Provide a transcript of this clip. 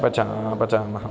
पचामः पचामः